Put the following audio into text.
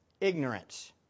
Ignorance